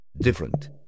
Different